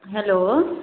hello